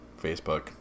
Facebook